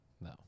No